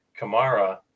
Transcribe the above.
kamara